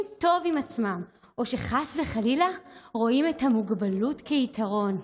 טוב עם עצמם או שחס וחלילה רואים את המוגבלות כיתרון.